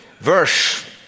verse